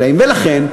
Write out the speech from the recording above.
ולכן,